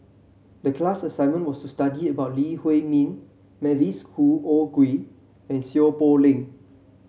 the class assignment was to study about Lee Huei Min Mavis Khoo O Oei and Seow Poh Leng